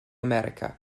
america